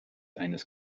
eines